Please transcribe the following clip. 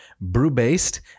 brew-based